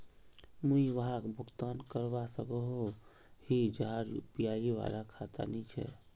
मुई वहाक भुगतान करवा सकोहो ही जहार यु.पी.आई वाला खाता नी छे?